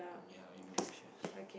ya innovations